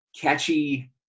catchy